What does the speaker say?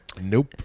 Nope